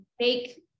make